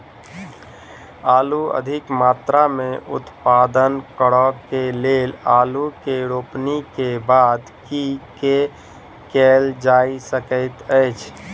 आलु अधिक मात्रा मे उत्पादन करऽ केँ लेल आलु केँ रोपनी केँ बाद की केँ कैल जाय सकैत अछि?